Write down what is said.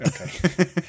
Okay